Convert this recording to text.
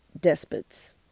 despots